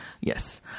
Yes